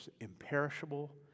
imperishable